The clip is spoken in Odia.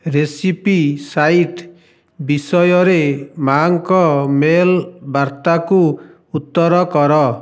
ରେସିପି ସାଇଟ୍ ବିଷୟରେ ମା' ଙ୍କ ମେଲ୍ ବାର୍ତ୍ତାକୁ ଉତ୍ତର କର